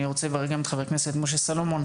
אני רוצה לברך גם את חבר הכנסת משה סלומון,